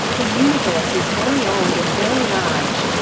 the universe is very old and very large.